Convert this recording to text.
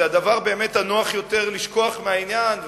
הדבר הנוח ביותר זה לשכוח מהעניין,